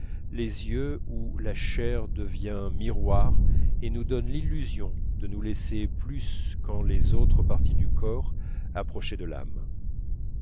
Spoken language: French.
les yeux où la chair devient miroir et nous donne l'illusion de nous laisser plus qu'en les autres parties du corps approcher de l'âme